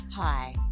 Hi